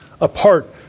apart